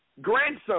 grandson